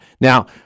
Now